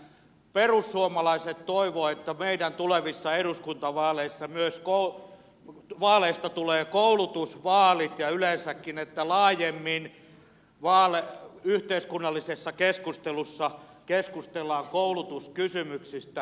perussuomalaiset toivoo että meidän tulevista eduskuntavaaleista tulee myös koulutusvaalit ja että yleensäkin laajemmin yhteiskunnallisessa keskustelussa keskustellaan koulutuskysymyksistä